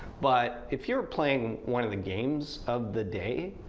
but if you were playing one of the games of the day,